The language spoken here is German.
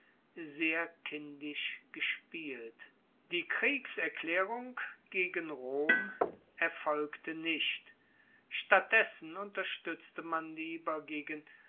sehr kindisch gespielt die kriegserklaerung gegen rom erfolgte nicht statt dessen unterstuetzte man lieber gegen